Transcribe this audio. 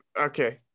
okay